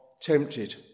tempted